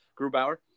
Grubauer